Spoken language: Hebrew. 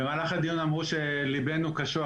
במהלך הדיון אמרו שליבנו קשוח.